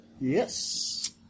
Yes